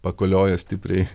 pakoliojo stipriai